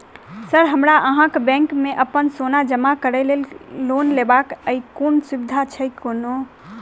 Sir हमरा अहाँक bank मे अप्पन सोना जमा करि केँ लोन लेबाक अई कोनो सुविधा छैय कोनो?